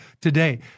today